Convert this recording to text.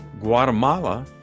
Guatemala